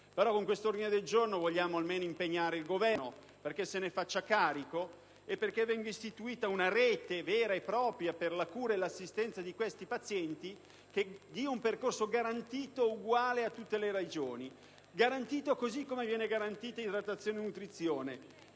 e con questo ordine del giorno vogliamo almeno impegnare il Governo perché se ne faccia carico e perché venga istituita una rete vera e propria per la cura e l'assistenza di questi pazienti, una rete che dia a tutte le Regioni un percorso garantito e uguale, così come vengono garantite idratazione e nutrizione.